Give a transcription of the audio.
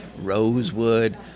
rosewood